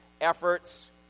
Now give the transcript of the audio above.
efforts